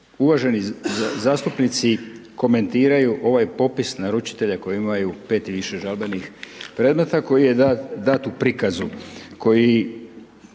Uvaženi zastupnici komentiraju ovaj popis naručitelja koji imaju 5 i više žalbenih predmeta, koji je dat u prikazu, koji